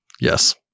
Yes